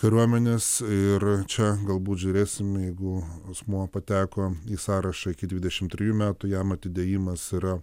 kariuomenės ir čia galbūt žiūrėsim jeigu asmuo pateko į sąrašą iki dvidešimt trijų metų jam atidėjimas yra